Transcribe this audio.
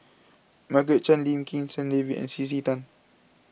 Margaret Chan Lim Kim San David and C C Tan